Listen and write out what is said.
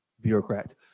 Bureaucrats